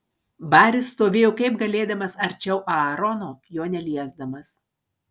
baris stovėjo kaip galėdamas arčiau aarono jo neliesdamas